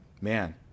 man